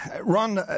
Ron